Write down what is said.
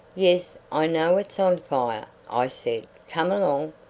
yes, i know it's on fire, i said. come along.